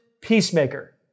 peacemaker